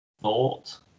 thought